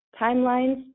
timelines